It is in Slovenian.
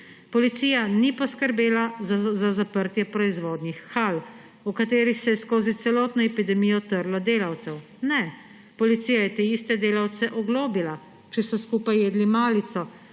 Policija ni poskrbela za zaprtje proizvodnih hal, v katerih se je skozi celotno epidemijo trlo delavcev. Ne, policija je te iste delavce oglobila, če so skupaj jedli malico